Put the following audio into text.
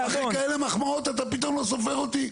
אחרי כאלה מחמאות אתה פתאום לא סופר אותי?